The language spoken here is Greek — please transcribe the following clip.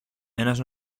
ένας